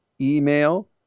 email